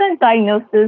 diagnosis